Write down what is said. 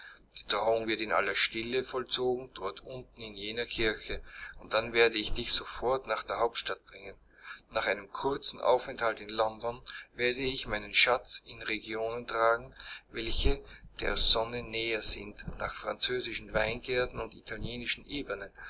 die trauung wird in aller stille vollzogen dort unten in jener kirche und dann werde ich dich sofort nach der hauptstadt bringen nach einem kurzen aufenthalt in london werde ich meinen schatz in regionen tragen welche der sonne näher sind nach französischen weingärten und italienischen ebenen